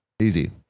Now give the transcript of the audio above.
Easy